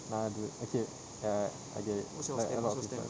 nah dude okay ya I get it like a lot of people